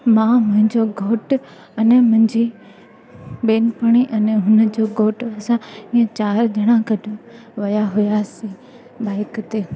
मां मुंहिंजो घोटु अने मुंहिंजी बेनपणी अने हुनजो घोटु असां हीअं चारि ॼणा गॾु विया हुयासीं बाइक ते